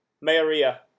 Maria